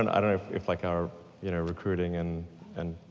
and i don't know if if like our you know recruiting and and